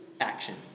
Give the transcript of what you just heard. action